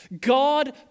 God